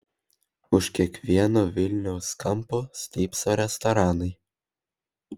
už kiekvieno vilniaus kampo stypso restoranai